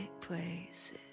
places